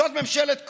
זאת ממשלת קורונה?